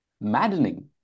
maddening